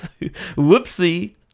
Whoopsie